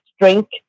drink